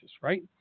right